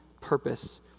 purpose